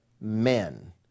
men